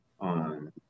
on